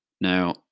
Now